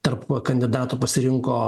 tarp kandidatų pasirinko